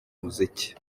umuziki